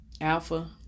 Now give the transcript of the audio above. alpha